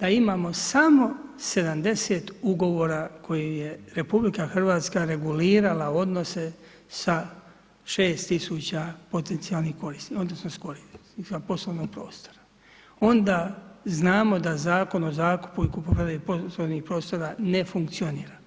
da imamo samo 70 ugovora koje je RH regulirala odnose sa 6000 potencijalnih korisnika odnosno korisnicima poslovnog prostora, onda znamo da Zakon o zakupu i kupoprodaji poslovnih prostora ne funkcionira.